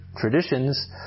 traditions